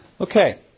Okay